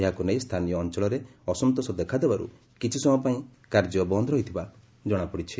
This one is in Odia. ଏହାକୁ ନେଇ ସ୍ତାନୟୀ ଅଞ୍ଞଳରେ ଅସନ୍ତୋଷ ଦେଖାଦେବାରୁ କିଛି ସମୟ ପାଇଁ ବନ୍ଦ ରହିଥିବା ଜଣାଯାଇଛି